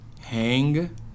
hang